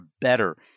better